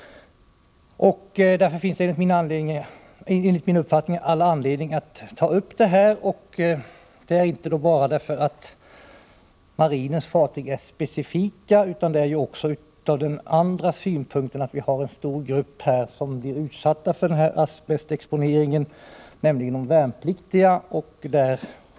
Därför finns det enligt min uppfattning all anledning att ta upp denna fråga. Det är viktigt också därför att det finns en stor grupp som blir utsatt för denna asbestexponering, nämligen de värnpliktiga.